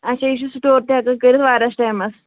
اَچھا یہِ چھِ سٕٹور تہِ ہٮ۪کان کٔرِتھ واریاہَس ٹایمَس